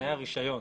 בתנאי הרישיון.